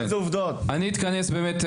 אני אתכנס באמת,